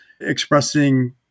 expressing